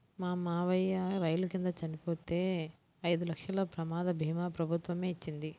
మా మావయ్య రైలు కింద చనిపోతే ఐదు లక్షల ప్రమాద భీమా ప్రభుత్వమే ఇచ్చింది